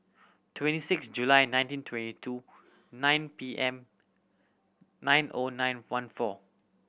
twenty six July nineteen twenty two nine P M nine O nine one four